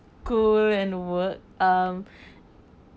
cook and work um